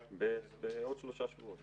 בעוד שלושה שבועות.